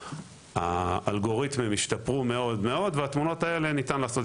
האלגוריתמים השתפרו מאוד-מאוד וניתן לעשות